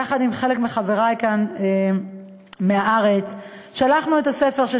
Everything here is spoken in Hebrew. יחד עם חלק מחברי כאן מהארץ שלחנו לכל המנהיגים